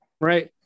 Right